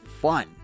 fun